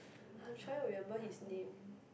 I'm trying remember his name